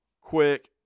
quick